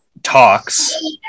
talks